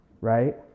right